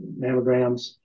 mammograms